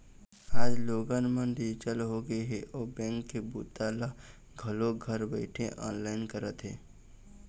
आज लोगन मन डिजिटल होगे हे अउ बेंक के बूता ल घलोक घर बइठे ऑनलाईन करत हे